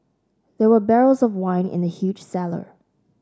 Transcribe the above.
there were barrels of wine in the huge cellar